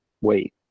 Wait